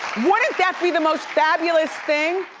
that be the most fabulous thing?